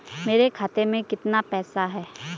मेरे खाते में कितना पैसा है?